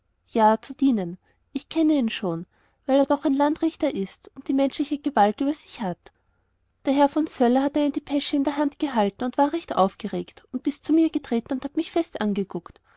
ja zu dienen ich kenne ihn schon weil er doch ein landrichter ist und die menschliche gewalt über sich hat der herr von söller hat eine depesche in der hand gehalten und war recht aufgeregt und ist zu mir getreten und hat mich fest angeguckt